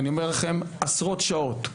אני אומר לכם: עשרות שעות,